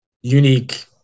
unique